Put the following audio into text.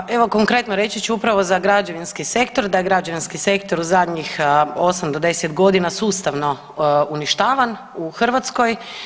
Pa evo konkretno reći ću upravo za građevinski sektor da je građevinski sektor u zadnjih 8 do 10.g. sustavno uništavan u Hrvatskoj.